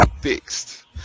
fixed